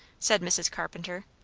said mrs. carpenter.